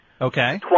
Okay